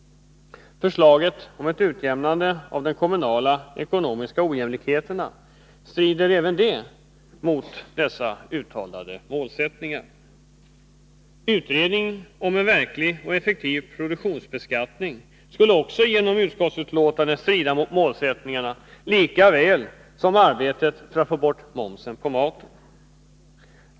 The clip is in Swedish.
Förslaget om ett utjämnande av de kommunala ekonomiska ojämlikheterna strider även det mot dessa uttalade målsättningar. En utredning om en verklig och effektiv produktionsbeskattning skulle också, enligt utskottsbetänkandet, strida mot målsättningarna, lika väl som arbetet för att få bort momsen på maten.